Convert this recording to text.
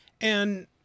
And-